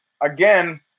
again